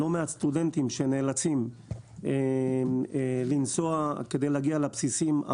לא מעט סטודנטים שנאלצים לנסוע כדי להגיע לבסיסים.